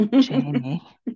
Jamie